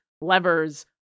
levers